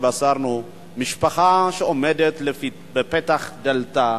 נתבשרנו על משפחה שעומדת בפתח דלתה,